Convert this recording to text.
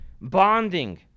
bonding